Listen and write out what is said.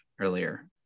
Earlier